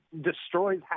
destroys